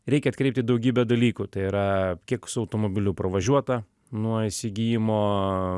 reikia atkreipti į daugybę dalykų tai yra kiek su automobiliu pravažiuota nuo įsigijimo